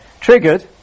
triggered